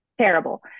terrible